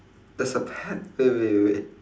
there's a pet wait wait wait